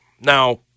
now